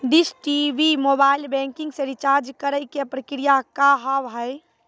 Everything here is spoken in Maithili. डिश टी.वी मोबाइल बैंकिंग से रिचार्ज करे के प्रक्रिया का हाव हई?